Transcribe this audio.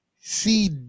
see